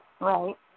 Right